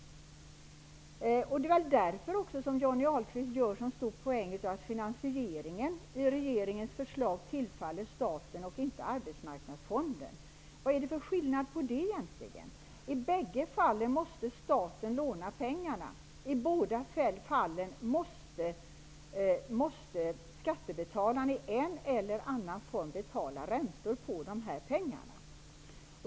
Det är väl därför som Johnny Ahlqvist gör så stor poäng av att finansieringen i regeringens förslag tillfaller staten och inte Arbetsmarknadsfonden. Vad är det egentligen för skillnad på det? I båda fallen måste staten låna pengarna. I båda fallen måste skattebetalarna i en eller annan form betala räntor på dessa pengar.